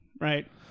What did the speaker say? right